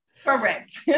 Correct